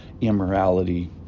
immorality